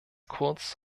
kurz